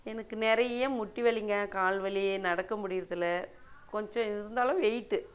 எனக்கு நிறைய முட்டி வலிங்க கால் வலி நடக்க முடியறதில்ல கொஞ்சம் இருந்தாலும் வெயிட்டு